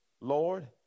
Lord